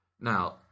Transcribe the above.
Now